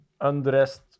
undressed